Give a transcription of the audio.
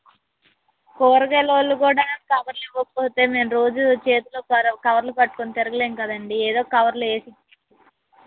కూరగాయలు వాళ్ళు కూడా కవర్లు ఇవ్వకపోతే మేము రోజు చేతిలో కవ కవర్లు పట్టుకొని తిరగలేం కదండి ఎదో ఒక కవర్లో వేసి ఇయ్యండి